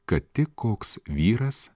kad tik koks vyras